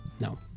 No